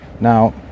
Now